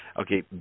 Okay